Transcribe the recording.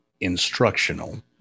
instructional